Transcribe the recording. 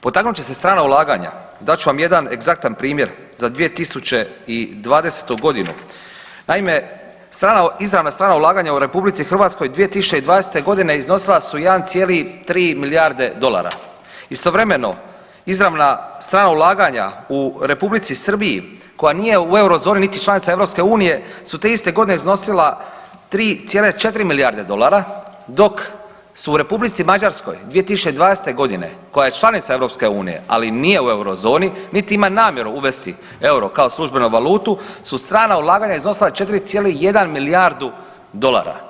Potaknut će se strana ulaganja, dat ću vam jedan egzaktan primjer za 2020.g., naime izravna strana ulaganja u RH 2020.g. iznosila su 1,3 milijarde dolara, istovremeno izravna strana ulaganja u Republici Srbiji koja nije u eurozoni niti članica EU su te iste godine iznosila 3,4 milijarde dolara, dok su u Republici Mađarskoj 2020.g. koja je članica EU, ali nije u eurozoni nit ima namjeru uvesti euro kao službenu valutu su strana ulaganja iznosila 4,1 milijardu dolara.